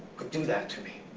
could do that to me.